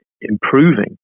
improving